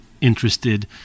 interested